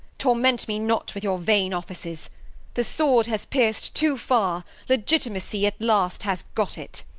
torment me not with your vain offices the sword has pierc'd too far legitimacy at last has got it.